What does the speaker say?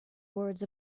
words